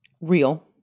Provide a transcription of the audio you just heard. Real